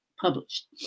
published